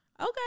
Okay